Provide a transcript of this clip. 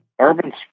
urban